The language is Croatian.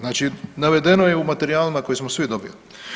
Znači navedeno je u materijalima koje smo svi dobili.